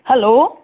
hello